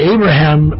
Abraham